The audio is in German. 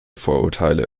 vorurteile